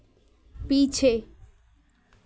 पीछे